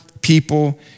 people